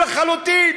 הזוי לחלוטין.